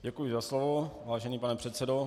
Děkuji za slovo, vážený pane předsedo.